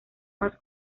más